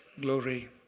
Glory